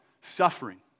suffering